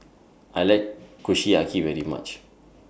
I like Kushiyaki very much